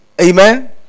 Amen